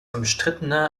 umstrittene